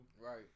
Right